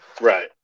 Right